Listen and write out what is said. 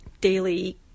daily